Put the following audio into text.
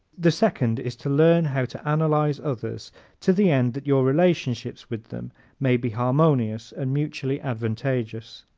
the second is to learn how to analyze others to the end that your relationships with them may be harmonious and mutually advantageous.